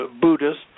Buddhists